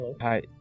Hi